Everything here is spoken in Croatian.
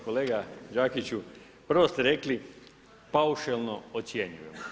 Kolega Đakiću, prvo ste rekli paušalno ocjenjujemo.